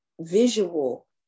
visual